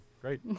Great